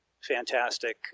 fantastic